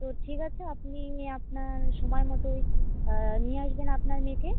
ও ঠিক আছে আপনি মেয়ে আপনার সময় মতোই নিয়ে আসবেন আপনার মেয়েকে